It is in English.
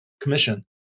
Commission